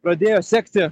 pradėjo sekti